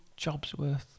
Jobsworth